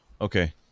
okay